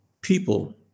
people